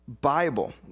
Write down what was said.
Bible